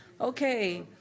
Okay